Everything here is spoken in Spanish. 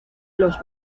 los